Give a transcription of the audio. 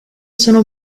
sono